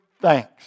thanks